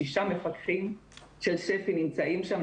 שישה מפקחים של שפ"י נמצאים שם.